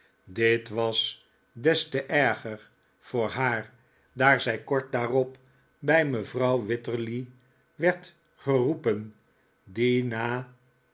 dit was des te erger voor haar daar zij kort daarop bij me vrouw wititterly werd geroepen die na